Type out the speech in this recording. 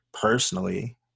personally